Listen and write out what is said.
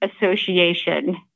Association